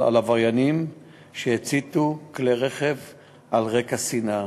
על עבריינים שהציתו כלי-רכב על רקע שנאה.